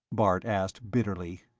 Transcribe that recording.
bart asked bitterly.